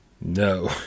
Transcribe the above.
No